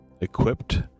equipped